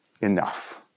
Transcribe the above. enough